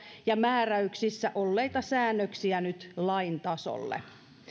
ja määräyksissä olleita säännöksiä nyt lain tasolle